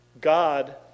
God